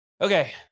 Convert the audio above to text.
Okay